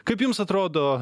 kaip jums atrodo